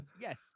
Yes